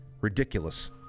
ridiculous